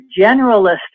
generalist